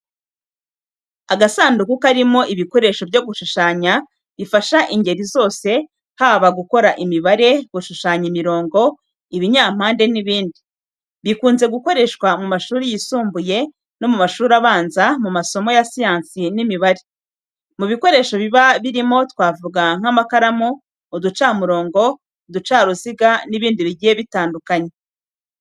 Agasanduku karimo ibikoresho byo gushushanya bifasha ingeri zose haba mu gukora imibare, gushushanya imirongo, ibinyampande n’ibindi. Bikunze gukoreshwa mu mashuri yisumbuye no mu mashuri abanza mu masomo ya siyansi n'imibare. Mu bikoresho biba birimo twavuga nk’amakaramu, uducamurongo, uducaruziga n’ibindi bigiye bitandukanye.